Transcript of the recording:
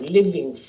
living